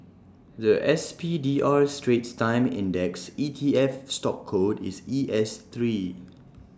The S P D R straits times index E T F stock code is E S Three